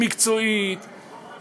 מקצועית,